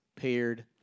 paired